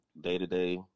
day-to-day